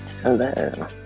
Hello